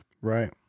Right